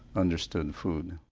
understood food.